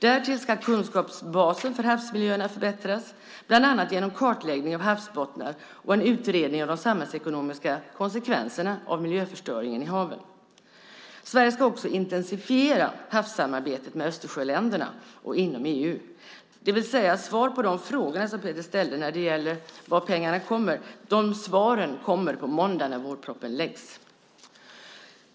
Därtill ska kunskapsbasen för havsmiljöerna förbättras, bland annat genom kartläggning av havsbottnar och en utredning av de samhällsekonomiska konsekvenserna av miljöförstöringen i haven. Sverige ska också intensifiera havssamarbetet med Östersjöländerna och inom EU." Svar på de frågor som Peter ställde när det gäller var pengarna ska komma kommer alltså på måndag när vårpropositionen läggs fram.